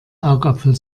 augapfel